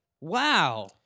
Wow